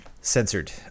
Censored